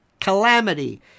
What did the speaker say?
calamity